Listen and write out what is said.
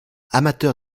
amateur